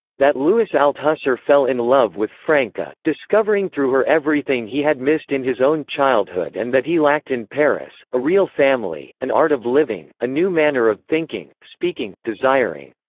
that louis althusser fell in love with franca, discovering through her everything he had missed in his own childhood and that he lacked in paris a real family, an art of living, a new manner of thinking, speaking, desiring.